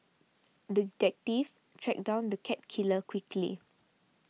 the detective tracked down the cat killer quickly